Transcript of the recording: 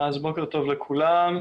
בוקר טוב לכולם.